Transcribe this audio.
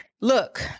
look